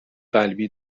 قلبی